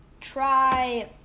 try